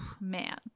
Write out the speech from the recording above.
Man